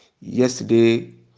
yesterday